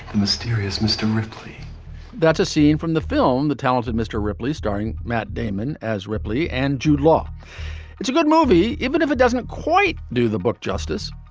mysterious. mr. ripley that's a scene from the film the talented mr. ripley, starring matt damon as ripley and jude law it's a good movie, even if it doesn't quite do the book justice.